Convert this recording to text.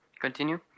continue